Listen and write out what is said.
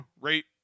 rate